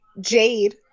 Jade